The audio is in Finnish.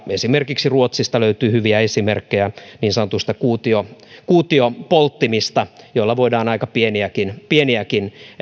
esimerkiksi ruotsista löytyy hyviä esimerkkejä niin sanotuista kuutiopolttimista kuutiopolttimista joilla voidaan aika pieniäkin pieniäkin